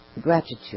gratitude